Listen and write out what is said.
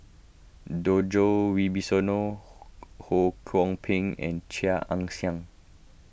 Wibisono Ho Kwon Ping and Chia Ann Siang